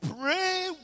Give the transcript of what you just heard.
pray